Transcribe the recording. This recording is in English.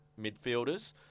midfielders